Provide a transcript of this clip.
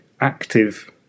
active